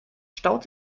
staut